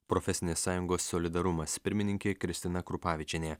profesinės sąjungos solidarumas pirmininkė kristina krupavičienė